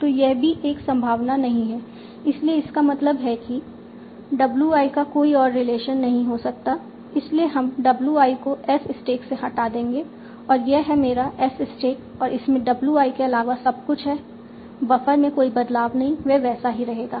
तो यह भी एक संभावना नहीं है इसलिए इसका मतलब है कि w i का कोई और रिलेशन नहीं हो सकता है इसीलिए हम w i को S स्टैक से हटा देंगे और यह है मेरा S स्टैक और इसमें w i के अलावा सब कुछ है बफ़र में कोई बदलाव नहीं वह वैसा ही रहेगा